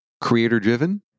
Creator-driven